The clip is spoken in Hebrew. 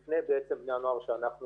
לגבי החברה החרדית ישנם מענים.